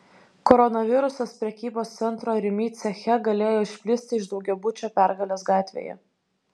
koronavirusas prekybos centro rimi ceche galėjo išplisti iš daugiabučio pergalės gatvėje